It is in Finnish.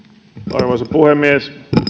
arvoisa puhemies